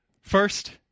First